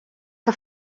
que